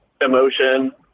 emotion